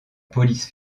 police